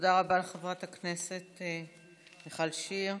תודה רבה לחברת הכנסת מיכל שיר.